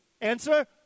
Answer